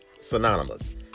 synonymous